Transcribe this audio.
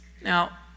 now